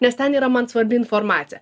nes ten yra man svarbi informacija